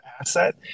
asset